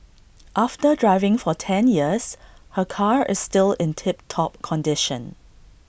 after driving for ten years her car is still in tip top condition